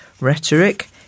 rhetoric